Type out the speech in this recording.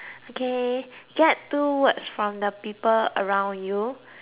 get two words from the people around you your su